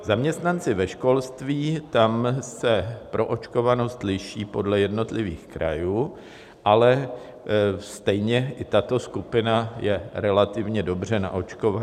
Zaměstnanci ve školství, tam se proočkovanost liší podle jednotlivých krajů, ale stejně i tato skupina je relativně dobře naočkovaná.